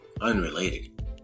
unrelated